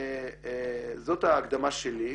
זאת ההקדמה שלי,